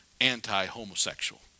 anti-homosexual